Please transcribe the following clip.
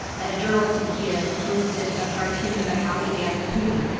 and a journalist in kiev posted a cartoon of a happy dancing putin.